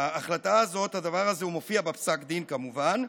ההחלטה הזאת, הדבר הזה מופיע בפסק הדין, כמובן.